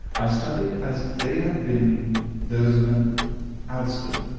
i studied as if they had been those of an allston.